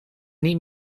niet